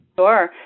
Sure